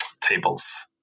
tables